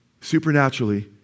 supernaturally